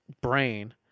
brain